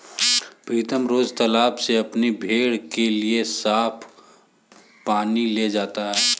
प्रीतम रोज तालाब से अपनी भेड़ों के लिए साफ पानी ले जाता है